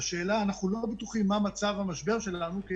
אנחנו לא בטוחים מה מצב המשבר שלנו כי